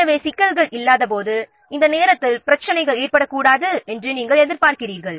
எனவே சிக்கல்கள் இல்லாதபோது பிரச்சினைகள் ஏற்படக்கூடாது என்று நீங்கள் எதிர்பார்க்கிறீர்கள்